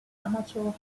amateur